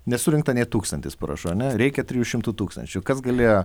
nesurinkta nei tūkstantis parašų ane reikia trijų šimtų tūkstančių kas galėjo